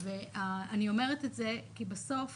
אני אומרת אני אומרת את זה כי בסוף